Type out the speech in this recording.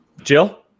jill